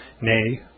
nay